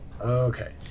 Okay